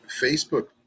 Facebook